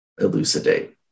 elucidate